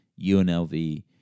UNLV